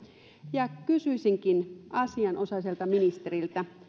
ja kysyisinkin asianosaiselta ministeriltä